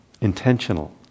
intentional